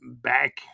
back